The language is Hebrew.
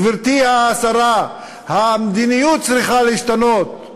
גברתי השרה, המדיניות צריכה להשתנות.